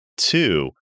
Two